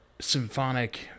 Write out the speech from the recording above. symphonic